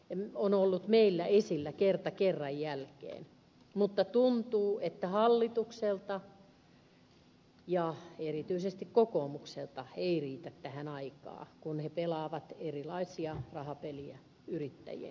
vanhustenhuolto on ollut meillä esillä kerta kerran jälkeen mutta tuntuu että hallitukselta ja erityisesti kokoomukselta ei riitä tähän aikaa kun he pelaavat erilaisia rahapelejä yrittäjien kanssa